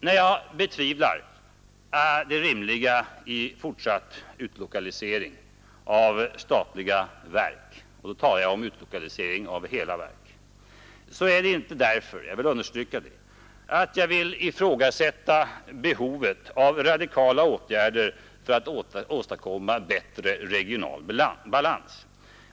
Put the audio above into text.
När jag betvivlar det rimliga i fortsatt utlokalisering av statliga verk — nu talar jag om utlokalisering av hela verk — är det inte därför att jag vill ifrågasätta behovet av radikala åtgärder för att åstadkomma bättre regional balans.